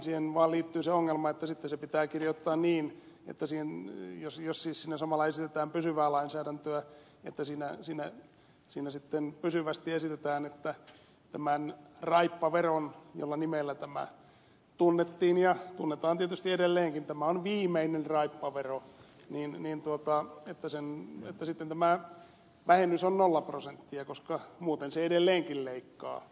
siihen vaan liittyy se ongelma että sitten se pitää kirjoittaa niin jos siinä siis samalla esitetään pysyvää lainsäädäntöä että siinä sitten pysyvästi esitetään että tämä raippavero jolla nimellä tämä tunnettiin ja tunnetaan tietysti edelleenkin on viimeinen raippavero että sitten tämä vähennys on nolla prosenttia koska muuten se edelleenkin leikkaa